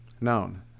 noun